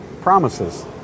promises